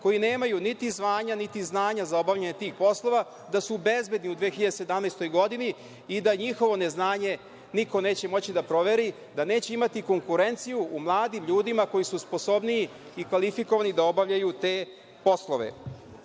koji nemaju niti zvanja, niti znanja za obavljanje tih poslova da su bezbedni u 2017. godini i da njihovo neznanje niko neće moći da proveri, da neće imati konkurenciju u mladim ljudima koji su sposobniji i kvalifikovani da obavljaju te poslove. Što